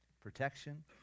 protection